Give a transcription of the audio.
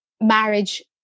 marriage